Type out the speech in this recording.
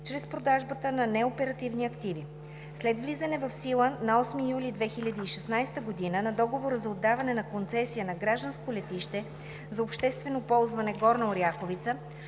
чрез продажбата на неоперативни активи. След влизане в сила на договора за отдаване на концесия на Гражданско летище за обществено ползване Горна Оряховица